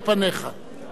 מפני מי?